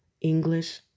English